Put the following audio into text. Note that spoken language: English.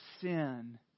sin